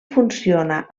funciona